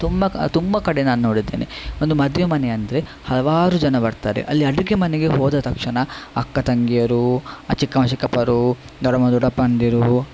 ತುಂಬ ತುಂಬ ಕಡೆ ನಾನು ನೋಡಿದ್ದೇನೆ ಒಂದು ಮದುವೆ ಮನೆ ಅಂದರೆ ಹಲವಾರು ಜನ ಬರ್ತಾರೆ ಅಲ್ಲಿ ಅಡುಗೆ ಮನೆಗೆ ಹೋದ ತಕ್ಷಣ ಅಕ್ಕ ತಂಗಿಯರೂ ಚಿಕ್ಕಮ್ಮ ಚಿಕ್ಕಪ್ಪರೂ ದೊಡಮ್ಮ ದೊಡಪ್ಪಂದಿರೂ